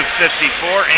54